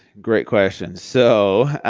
great question. so,